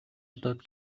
удаад